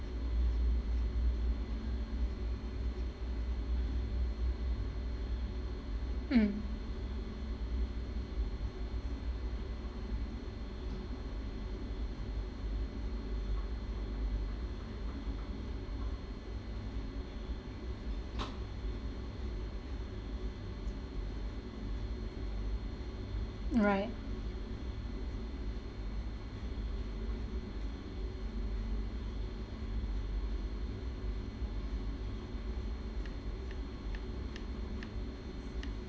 mm right